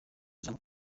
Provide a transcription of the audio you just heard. ijambo